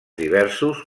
diversos